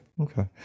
okay